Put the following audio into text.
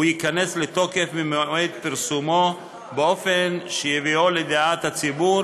הוא ייכנס לתוקף במועד פרסומו באופן שיביאו לידיעת הציבור